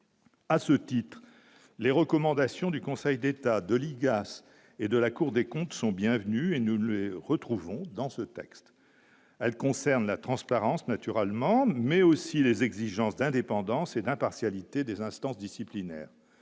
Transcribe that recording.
à ce titre, les recommandations du Conseil d'État de l'IGAS et de la Cour des comptes sont bienvenues et nous le retrouvons dans ce texte, elle concerne la transparence, naturellement, mais aussi les exigences d'indépendance et d'impartialité des instances disciplinaires